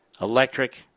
electric